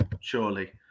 surely